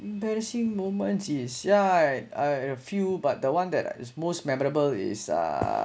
embarrassing moments is yeah I have a few but the one that is most memorable is uh